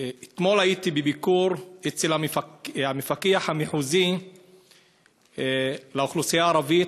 אתמול הייתי בביקור אצל המפקח המחוזי לאוכלוסייה הערבית,